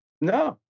No